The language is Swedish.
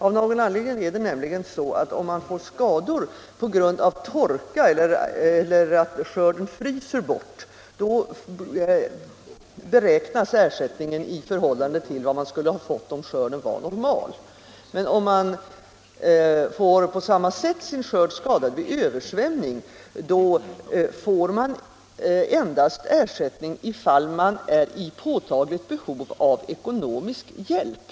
Av någon anledning är det så att om skador uppstår på grund av torka eller om skörden fryser bort, beräknas ersättningen i förhållande till värdet av en normal skörd, men om man får sin skörd skadad vid översvämning får man endast ersättning ifall man är i påtagligt behov av ekonomisk hjälp.